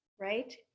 Right